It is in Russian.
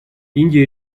индия